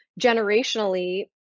generationally